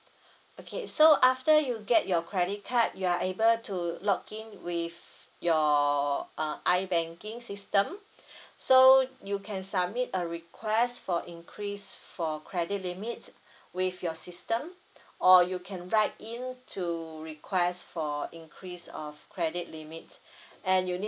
okay so after you get your credit card you are able to login with your uh I banking system so you can submit a request for increase for credit limits with your system or you can write in to request for increase of credit limit and you need